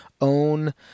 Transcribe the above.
own